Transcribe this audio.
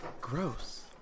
Gross